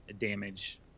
damage